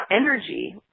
energy